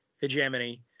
hegemony